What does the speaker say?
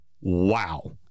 wow